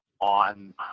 on